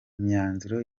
imyanzuro